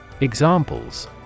Examples